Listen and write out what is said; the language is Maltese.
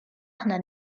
aħna